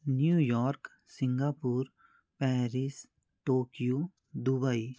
New York Singapore Paris Tokyo Dubai